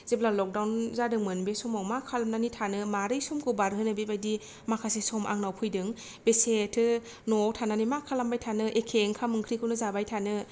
जेब्ला लकदाउन जादोंमोन बे समाव मा खालामनानै थानो मारै समखौ बारहोनो बेबायदि माखासे सम आंनाव फैदों बेसेथो नआव थानानै मा खालामबाय थानो एखे ओंखाम ओंख्रिखौनो जाबाय थानो